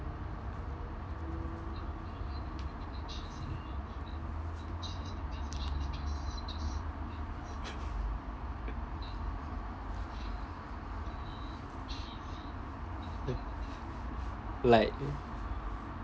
like